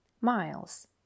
Miles